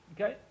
okay